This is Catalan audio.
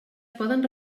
poden